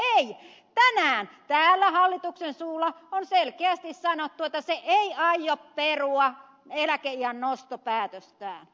tänään täällä hallituksen suulla on selkeästi sanottu että se ei aio perua eläkeiän nostopäätöstään